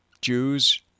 Jews